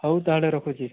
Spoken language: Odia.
ହଉ ତା'ହେଲେ ରଖୁଛି